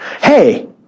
Hey